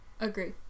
Agree